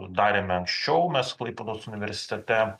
darėme anksčiau mes klaipėdos universitete